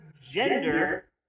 gender